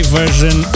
version